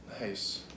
Nice